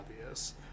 obvious